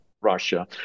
Russia